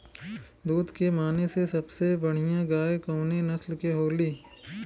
दुध के माने मे सबसे बढ़ियां गाय कवने नस्ल के होली?